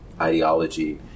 ideology